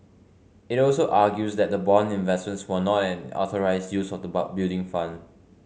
it also argues that the bond investments were not an authorised use of the Building Fund